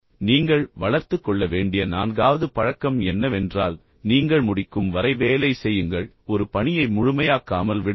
நீங்கள் வளர்த்துக் கொள்ள வேண்டிய நான்காவது பழக்கம் என்னவென்றால் நீங்கள் முடிக்கும் வரை வேலை செய்யுங்கள் ஒரு பணியை முழுமையாக்காமல் விடாதீர்கள்